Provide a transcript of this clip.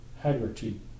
Haggerty